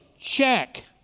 Check